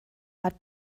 hat